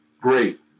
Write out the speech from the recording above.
Great